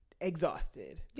exhausted